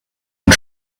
und